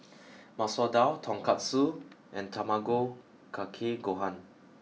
Masoor Dal Tonkatsu and Tamago Kake Gohan